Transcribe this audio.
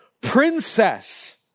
princess